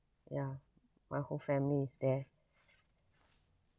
ya my whole family is there